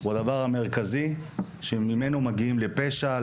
הוא הדבר המרכזי שממנו מגיעים לפשע,